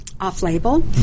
off-label